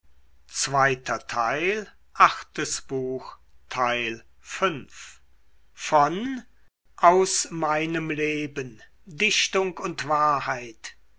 goethe aus meinem leben dichtung und wahrheit